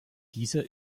dieser